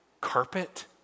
carpet